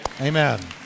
Amen